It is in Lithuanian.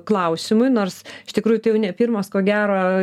klausimui nors iš tikrųjų tai jau ne pirmas ko gero